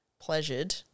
pleasured